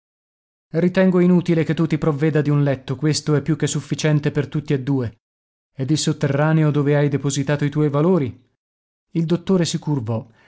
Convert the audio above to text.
ritengo inutile che tu ti provveda di un letto questo è più che sufficiente per tutti e due ed il sotterraneo dove hai depositato i tuoi valori il dottore si curvò